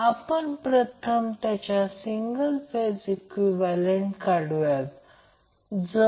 तर तोच करंट येथे जात आहे तोच करंट येथे जात आहे त्याचप्रमाणे I b साठी आणि त्याचप्रमाणे I c साठी आणि I L देखील